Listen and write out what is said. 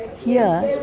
here,